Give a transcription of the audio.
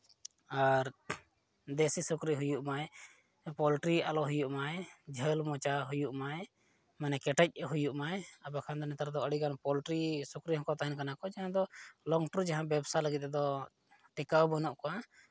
ᱟᱨ ᱫᱮᱥᱤ ᱥᱩᱠᱨᱤ ᱦᱩᱭᱩᱜ ᱢᱟᱭ ᱯᱳᱞᱴᱨᱤ ᱟᱞᱚᱭ ᱦᱩᱭᱩᱜ ᱢᱟᱭ ᱡᱷᱟᱹᱞ ᱢᱚᱪᱟ ᱦᱩᱭᱩᱜ ᱢᱟᱭ ᱢᱟᱱᱮ ᱠᱮᱴᱮᱡ ᱦᱩᱭᱩᱜ ᱢᱟᱭ ᱵᱟᱠᱷᱟᱱ ᱫᱚ ᱱᱮᱛᱟᱨ ᱫᱚ ᱟᱹᱰᱤᱜᱟᱱ ᱯᱳᱞᱴᱨᱤ ᱥᱩᱠᱨᱤ ᱦᱚᱸᱠᱚ ᱛᱟᱦᱮᱱ ᱠᱟᱱᱟ ᱠᱚ ᱡᱟᱦᱟᱸ ᱫᱚ ᱞᱚᱝ ᱴᱩᱨ ᱡᱟᱦᱟᱸ ᱵᱮᱵᱽᱥᱟ ᱞᱟᱹᱜᱤᱫ ᱛᱮᱫᱚ ᱴᱮᱠᱟᱣ ᱵᱟᱹᱱᱩᱜ ᱠᱚᱣᱟ